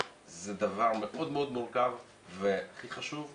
זה דבר מאוד מאוד מורכב והכי חשוב,